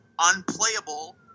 unplayable